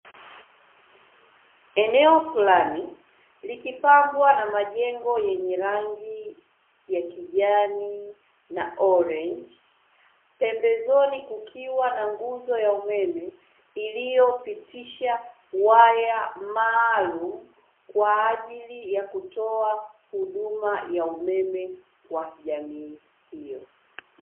Eneo fulani likipambwa na majengo yenye rangi ya kijani, pembezoni kukiwa na nguzo ya umeme iliyopitisha waya maalumu, kwa ajili ya kutoa huduma ya umeme kwa jamii hiyo.